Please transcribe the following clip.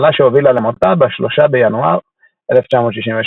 מחלה שהובילה למותה ב-3 בינואר 1966,